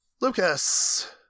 Lucas